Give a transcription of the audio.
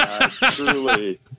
Truly